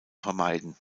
vermeiden